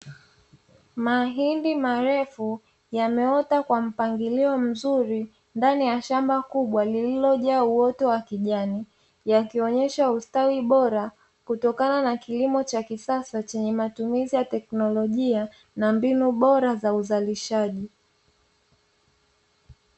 Mahindi marefu yameota kwa mpangilio mzuri, ndani ya shamba kubwa lililojaa uoto wa kijani, yakionesha ustawi bora kutokana na kilimo cha kisasa chenye matumizi ya teknolojia na mbinu bora za uzalishaji.